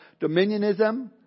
Dominionism